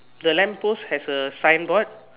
the lamp post has a signboard